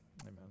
amen